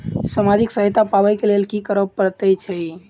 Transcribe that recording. सामाजिक सहायता पाबै केँ लेल की करऽ पड़तै छी?